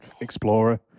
Explorer